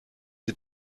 die